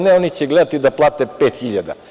Ne, oni će gledati da plate 5.000.